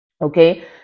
okay